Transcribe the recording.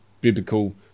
biblical